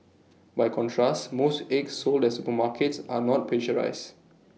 by contrast most eggs sold at supermarkets are not pasteurised